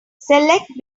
select